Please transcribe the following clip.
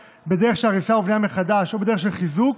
בדרך של הריסה ובנייה מחדש או בדרך של חיזוק,